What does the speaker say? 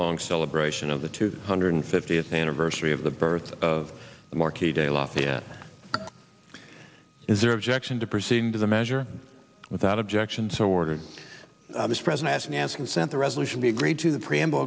long celebration of the two hundred fiftieth anniversary of the birth of the marquis de lafayette is there objection to proceed to the measure without objection so ordered this present as a man's consent the resolution be agreed to the preamble